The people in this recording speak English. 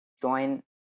join